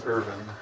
Irvin